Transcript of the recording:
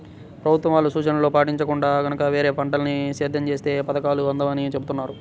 ప్రభుత్వం వాళ్ళ సూచనలను పాటించకుండా గనక వేరే పంటల్ని సేద్యం చేత్తే పథకాలు అందవని చెబుతున్నారు